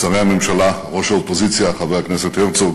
שרי הממשלה, ראש האופוזיציה חבר הכנסת הרצוג